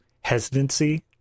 hesitancy